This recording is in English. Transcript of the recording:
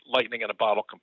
lightning-in-a-bottle